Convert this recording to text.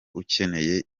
ukeneye